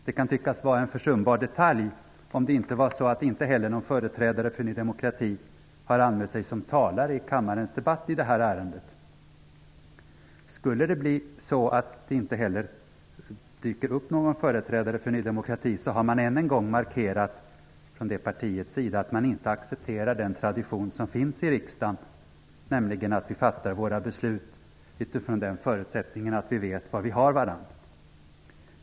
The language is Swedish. Det kan tyckas vara en försumbar detalj om det inte var så att inte heller någon företrädare för Ny demokrati har anmält sig som talare i kammarens debatt i detta ärende. Skulle det bli så att det inte dyker upp någon företrädare för Ny demokrati har de än en gång markerat att de inte accepterar den tradition som finns i riksdagen, nämligen att vi fattar våra beslut utifrån den förutsättningen att vi vet var vi har varandra.